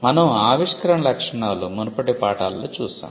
మనం ఆవిష్కరణ లక్షణాలు మునుపటి పాఠాలలో చూసాం